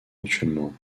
actuellement